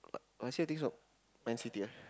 last year think so Man-City ah